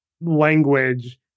language